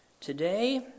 Today